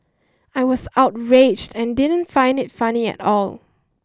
I was outraged and didn't find it funny at all